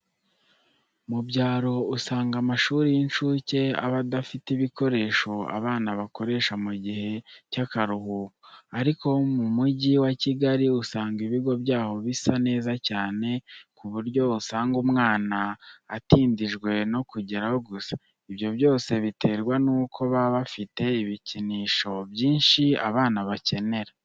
Mu byaro usanga amashuri y'incuke aba adafite ibikoresho abana bakoresha mu gihe cy'akaruhuko, ariko mu mugi wa Kigali usanga ibigo byaho bisa neza cyane, ku buryo usanga umwana atindijwe no kugerayo gusa. Ibyo byose biterwa n'uko baba bafite ibikinisho byinshi abana bakenera.